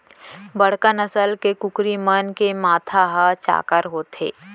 बड़का नसल के कुकरी मन के माथा ह चाक्कर होथे